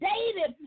David